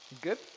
Good